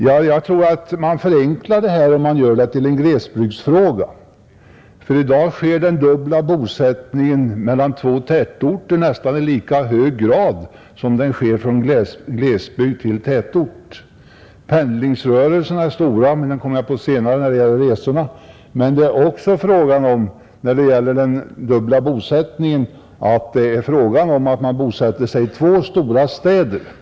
Ja, jag tror att man förenklar detta om man gör det till en glesbygdsfråga, därför att i dag är dubbel bosättning i två tätorter nästan lika vanlig som i glesbygd respektive tätort. Pendlingsrörelserna är stora — det skall jag ta upp senare när jag kommer in på avdragsrätten för resor — men den dubbla bosättningen sker ofta i två stora städer.